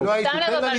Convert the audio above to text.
על מה אתם מדברים בכלל?